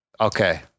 okay